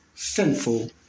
sinful